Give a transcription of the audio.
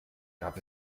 gab